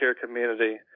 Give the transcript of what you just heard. community